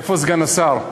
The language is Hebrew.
איפה סגן השר?